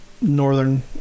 northern